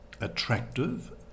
attractive